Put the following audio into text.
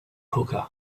hookah